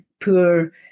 poor